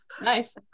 nice